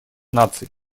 наций